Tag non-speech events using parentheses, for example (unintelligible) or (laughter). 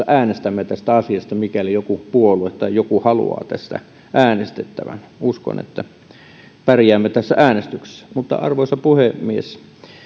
(unintelligible) äänestämme tästä asiasta mikäli joku puolue tai joku haluaa tästä äänestettävän uskon että pärjäämme tässä äänestyksessä arvoisa puhemies